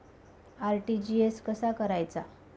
RTGS कसा करायचा?